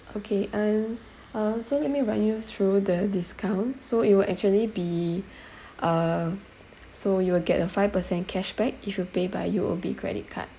okay and uh so let me run you through the discount so it will actually be uh so you will get a five per cent cash back if you pay by U_O_B credit card